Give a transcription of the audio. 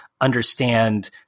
understand